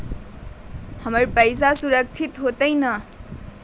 हमर पईसा सुरक्षित होतई न?